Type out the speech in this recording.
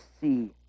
see